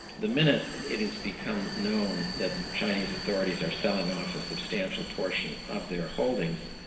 the minute it has become known that chinese authorities are selling off a substantial portion of their holdings,